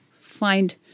find